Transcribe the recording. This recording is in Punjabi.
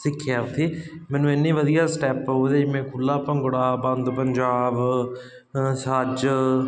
ਸਿੱਖਿਆ ਉੱਥੇ ਮੈਨੂੰ ਇੰਨੀ ਵਧੀਆ ਸਟੈਪ ਉਹਦੇ ਜਿਵੇਂ ਖੁੱਲ੍ਹਾ ਭੰਗੜਾ ਬੰਦ ਪੰਜਾਬ ਸੱਚ